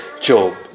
Job